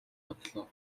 одлоо